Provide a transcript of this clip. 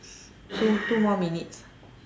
two two more minutes